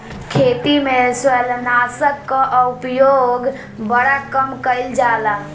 खेती में शैवालनाशक कअ उपयोग बड़ा कम कइल जाला